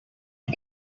all